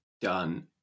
done